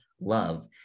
love